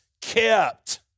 Kept